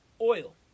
oil